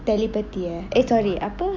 telepathy ah eh sorry apa